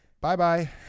bye-bye